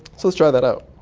so let's try that out.